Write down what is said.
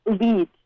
lead